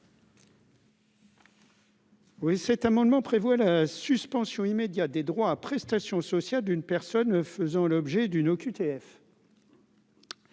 Oui, cet amendement prévoit la suspension immédiate des droits à prestations sociales d'une personne faisant l'objet d'une OQTF.